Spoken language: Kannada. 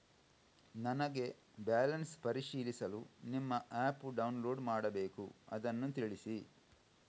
ನನಗೆ ಬ್ಯಾಲೆನ್ಸ್ ಪರಿಶೀಲಿಸಲು ನಿಮ್ಮ ಆ್ಯಪ್ ಡೌನ್ಲೋಡ್ ಮಾಡಬೇಕು ಅದನ್ನು ತಿಳಿಸಿ?